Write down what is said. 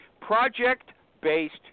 project-based